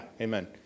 Amen